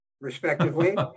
respectively